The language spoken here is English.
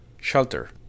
Shelter